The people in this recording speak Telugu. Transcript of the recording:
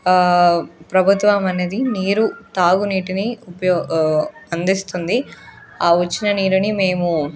ప్రభుత్వం అనేది నీరు తాగునీటిని ఉపయో అందిస్తుంది ఆ వచ్చిన నీరుని మేము